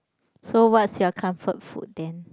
so what's your comfort food then